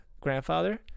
grandfather